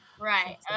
right